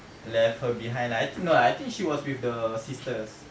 left her behind lah I think no ah I think she was with the sisters